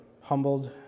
humbled